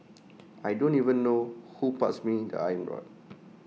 I don't even know who passed me the iron rod